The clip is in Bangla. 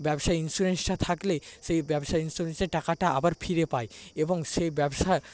ব্যবসার ইনসিওরেন্সটা থাকলে সেই ব্যবসা ইনসিওরেন্সের টাকাটা আবার ফিরে পায় এবং সেই ব্যবসার